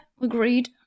agreed